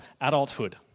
adulthood